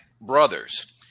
brothers